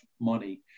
money